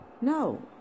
no